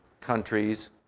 countries